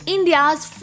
India's